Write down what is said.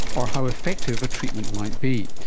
or how effective a treatment might be.